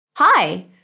Hi